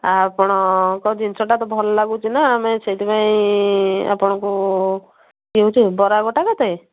ଆପଣଙ୍କ ଜିନିଷଟା ତ ଭଲ ଲାଗୁଛି ନା ଆମେ ସେଇଥିପାଇଁ ଆପଣଙ୍କୁ କିଣୁଛୁ ବରା ଗୋଟା କେତେ